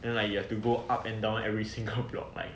then like you have to go up and down every single block like